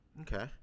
Okay